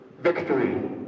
victory